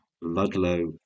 Ludlow